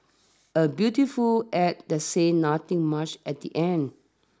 a beautiful ad that says nothing much at the end